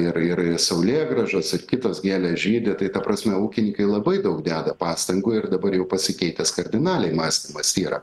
ir ir ir saulėgrąžosir kitos gėlės žydi tai ta prasme ūkininkai labai daug deda pastangų ir dabar jau pasikeitęs kardinaliai mąstymas yra